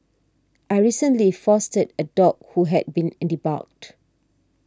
I recently fostered a dog who had been in debarked